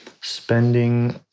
spending